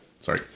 Sorry